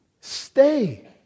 Stay